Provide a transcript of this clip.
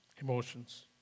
emotions